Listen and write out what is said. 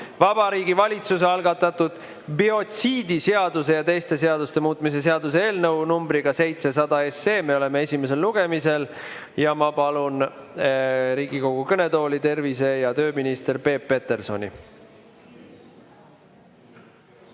Vabariigi Valitsuse algatatud biotsiidiseaduse ja teiste seaduste muutmise seaduse eelnõu 700 esimene lugemine. Ma palun Riigikogu kõnetooli tervise‑ ja tööminister Peep Petersoni.